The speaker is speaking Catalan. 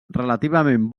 relativament